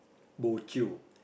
bo jio